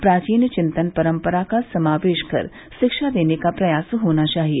प्राचीन चिंतन परंपरा का समावेश कर शिक्षा देने का प्रयास होना चाहिए